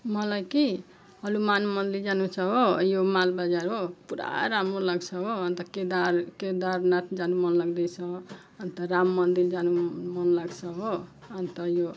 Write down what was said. मलाई कि हनुमान मन्दिर जानु छ हो यो मालबजार हो पुरा राम्रो लाग्छ हो अन्त केदार केदारनाथ जानु मन लाग्दैछ अन्त राम मन्दिर जानु मनलाग्छ हो अन्त यो